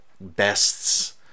bests